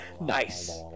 Nice